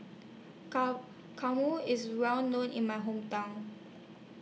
Kurma IS Well known in My Hometown